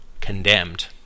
condemned